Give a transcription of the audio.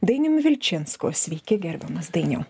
dainiumi vilčinsku sveiki gerbiamas dainiau